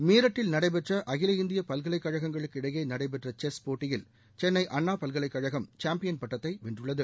மீரட்டில் நடைபெற்ற அகில இந்திய பல்கலைக் கழகங்களுக்கு இடையே நடைபெற்ற செஸ் போட்டியில் சென்னை அண்ணாப் பல்கலைக் கழகம் சாம்பியன் பட்டத்தை வென்றது